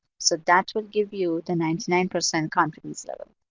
so that would give you the ninety nine percent confidence level